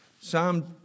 Psalm